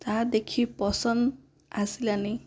ତାହା ଦେଖି ପସନ୍ଦ ଆସିଲାନି